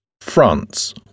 France